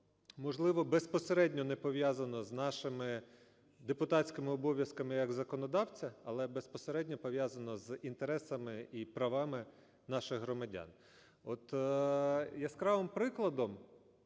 можливо, безпосередньо не пов'язано з нашими депутатськими обов'язками як законодавця, але безпосередньо пов'язано з інтересами і правами наших громадян. Яскравим прикладом